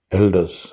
elders